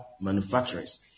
manufacturers